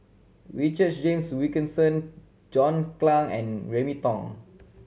Richard James Wilkinson John Clang and Remy Ong